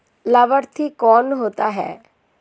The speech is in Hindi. लाभार्थी कौन होता है?